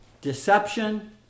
deception